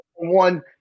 one